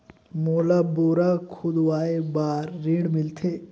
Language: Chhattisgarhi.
मोला बोरा खोदवाय बार ऋण मिलथे?